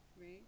Right